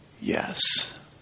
yes